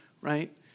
right